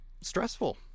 stressful